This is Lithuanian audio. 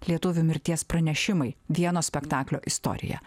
lietuvių mirties pranešimai vieno spektaklio istorija